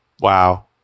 Wow